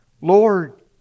Lord